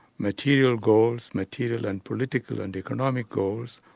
material goals, material and political and economic goals,